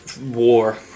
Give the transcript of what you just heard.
war